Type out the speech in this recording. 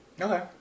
Okay